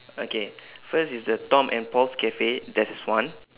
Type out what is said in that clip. okay first is the tom and paul's cafe theirs is one